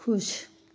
ਖੁਸ਼